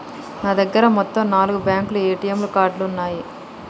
నా దగ్గర మొత్తం నాలుగు బ్యేంకుల ఏటీఎం కార్డులున్నయ్యి